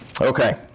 okay